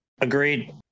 Agreed